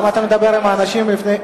למה אתה מדבר עם האנשים לפני?